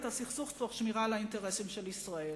הסכסוך תוך שמירה על האינטרסים של ישראל.